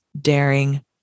daring